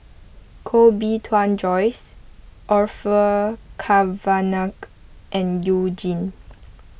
Koh Bee Tuan Joyce Orfeur Cavenagh and You Jin